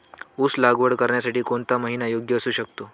ऊस लागवड करण्यासाठी कोणता महिना योग्य असू शकतो?